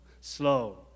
slow